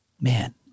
man